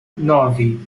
nove